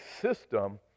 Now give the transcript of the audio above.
system